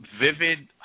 vivid